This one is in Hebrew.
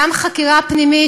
גם חקירה פנימית